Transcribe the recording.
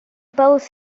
both